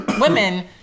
women